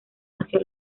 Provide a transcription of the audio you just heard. hacia